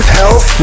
health